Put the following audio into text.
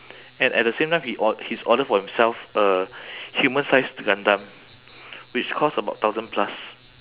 and at the same time he or~ his order for himself a human-sized gundam which costs about thousand plus